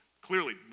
clearly